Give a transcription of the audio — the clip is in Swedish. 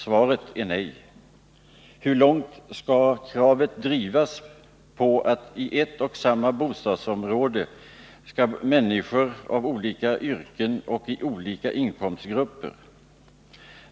Svaret är nej. Hurlångt skall kravet drivas på att i ett och samma bostadsområde skall bo människor av olika yrken och i olika inkomstgrupper?